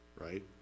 right